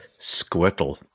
Squirtle